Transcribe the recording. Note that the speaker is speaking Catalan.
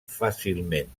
fàcilment